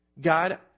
God